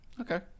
Okay